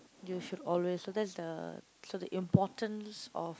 you should always so that's the so the importance of